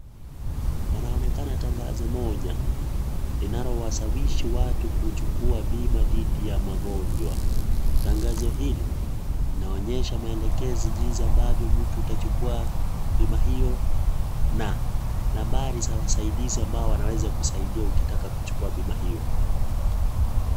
Panaonekana tangazo moja, linalowashawishi watu kuchukua bima dithi ya magonjwa. Tangazo hili linaonyesha maelekezi jinsi ambavyo mtu utachukua bima hiyo, na nambari za wasaidisi ambao wanaweza kusaidia ukitaka bima hiyo.